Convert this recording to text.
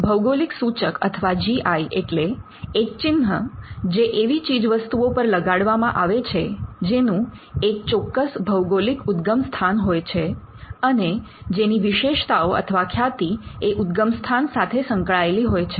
ભૌગોલિક સૂચક અથવા જી આઈ એટલે એક ચિન્હ જે એવી ચીજવસ્તુઓ પર લગાડવામાં આવે છે જેનું એક ચોક્કસ ભૌગોલિક ઉદ્દગમસ્થાન હોય છે અને જેની વિશેષતાઓ અથવા ખ્યાતિ એ ઉદ્દગમસ્થાન સાથે સંકળાયેલી હોય છે